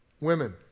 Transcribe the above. women